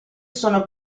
sono